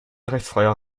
rechtsfreier